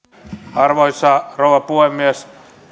arvoisa rouva puhemies